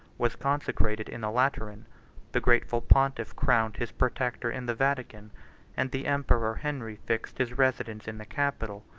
was consecrated in the lateran the grateful pontiff crowned his protector in the vatican and the emperor henry fixed his residence in the capitol,